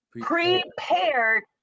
Prepared